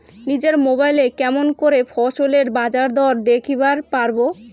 নিজের মোবাইলে কেমন করে ফসলের বাজারদর দেখিবার পারবো?